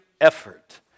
effort